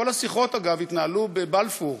כל השיחות, אגב, התנהלו בבלפור,